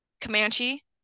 Comanche